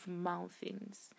mountains